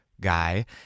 guy